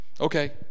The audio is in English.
Okay